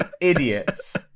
idiots